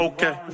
Okay